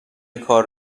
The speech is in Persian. کار